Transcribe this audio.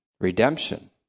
redemption